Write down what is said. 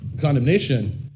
condemnation